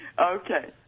Okay